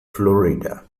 florida